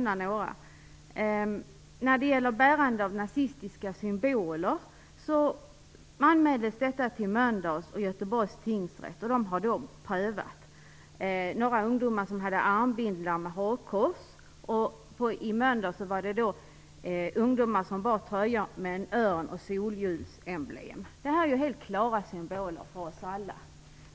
anmälan om bärande av nazistiska symboler gjordes till Mölndals och Göteborgs tingsrätter, vilka har gjort prövningar. Vidare gjordes anmälan om några ungdomar som bar armbindlar med hakkors. Till Mölndals tingsrätt gjordes en anmälan om ungdomar som bar tröjor med örn och solljusemblem. Detta är ju helt klara symboler för oss alla.